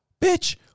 bitch